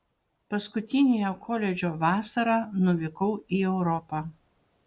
paskutiniąją koledžo vasarą nuvykau į europą